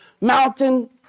mountain